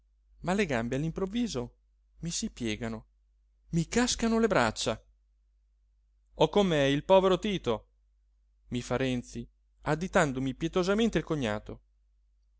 ma le gambe all'improvviso mi si piegano mi cascano le braccia ho con me il povero tito mi fa renzi additandomi pietosamente il cognato